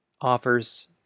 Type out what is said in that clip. offers